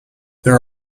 there